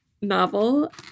novel